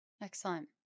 Excellent